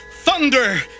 thunder